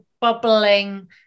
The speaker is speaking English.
bubbling